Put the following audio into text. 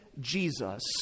Jesus